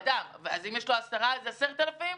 אם יש לו עשרה אז הוא מקבל 10,000 שקל?